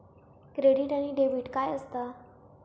Credit आणि debit काय असता?